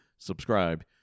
Subscribe